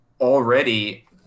already